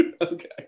okay